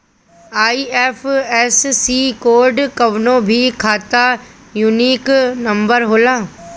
IFSC code कवनो भी खाता यूनिक नंबर होला